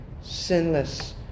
sinless